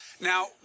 Now